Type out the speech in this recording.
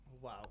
Wow